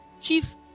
chief